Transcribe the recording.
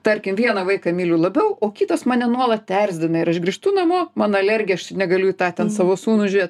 tarkim vieną vaiką myliu labiau o kitas mane nuolat erzina ir aš grįžtu namo man alergija aš negaliu į tą ten savo sūnų žiūrėt